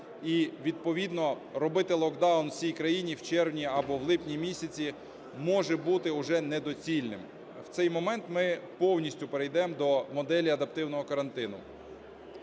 і відповідно робити локдаун всій країні в червні або в липні місяці може бути уже недоцільним. В цей момент ми повністю перейдемо до моделі адаптивного карантину.